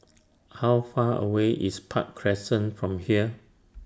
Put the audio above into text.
How Far away IS Park Crescent from here